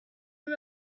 him